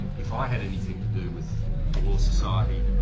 if i had anything to do with the law society,